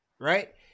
right